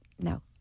no